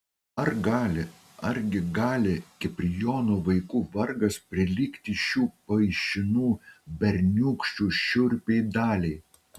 ar gali argi gali kiprijono vaikų vargas prilygti šių paišinų berniūkščių šiurpiai daliai